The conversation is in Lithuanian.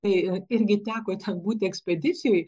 tai irgi teko būti ekspedicijoj